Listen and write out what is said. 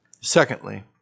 Secondly